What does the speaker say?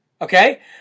Okay